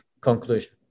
conclusion